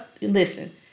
listen